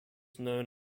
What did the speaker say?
known